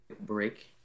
break